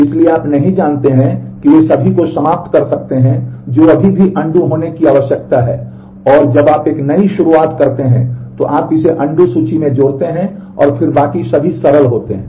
इसलिए आप नहीं जानते हैं कि वे सभी को समाप्त कर सकते हैं जो अभी भी अनडू सूची में जोड़ते हैं और फिर बाकी सभी सरल होते हैं